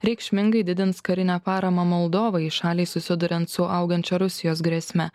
reikšmingai didins karinę paramą moldovai šaliai susiduriant su augančia rusijos grėsme